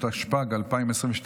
התשפ"ג 2022,